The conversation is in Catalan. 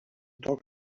toc